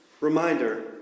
reminder